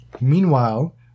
Meanwhile